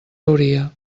hauria